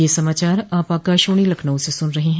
ब्रे क यह समाचार आप आकाशवाणी लखनऊ से सुन रहे हैं